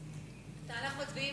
הסביבה נתקבלה.